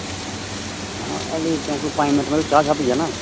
ऐल्ली पंज मिंट लग्गी जानै चाह् पिया नै